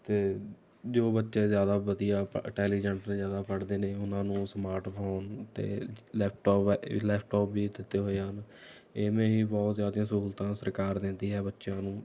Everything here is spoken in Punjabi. ਅਤੇ ਜੋ ਬੱਚੇ ਜ਼ਿਆਦਾ ਵਧੀਆ ਪ ਅਟੈਲੀਜੈਂਟ ਨੇ ਜ਼ਿਆਦਾ ਪੜ੍ਹਦੇ ਨੇ ਉਨ੍ਹਾਂ ਨੂੰ ਸਮਾਰਟ ਫੋਨ ਅਤੇ ਲੈਪਟਾਪ ਲੈਪਟਾਪ ਵੀ ਦਿੱਤੇ ਹੋਏ ਹਨ ਇਵੇਂ ਹੀ ਬਹੁਤ ਜ਼ਿਆਦਾ ਸਹੂਲਤਾਂ ਸਰਕਾਰ ਦਿੰਦੀ ਹੈ ਬੱਚਿਆਂ ਨੂੰ